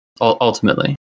Ultimately